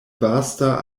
vasta